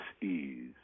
ease